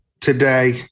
today